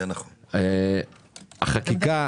אלכס,